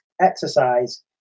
exercise